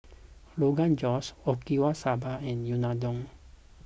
Rogan Josh Okinawa Soba and Unadon